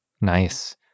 Nice